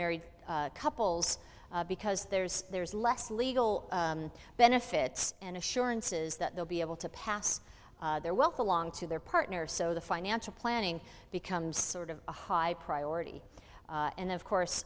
married couples because there's there's less legal benefits and assurances that they'll be able to pass their wealth along to their partner so the financial planning becomes sort of a high priority and of